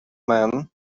man